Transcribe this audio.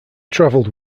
travelled